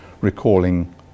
recalling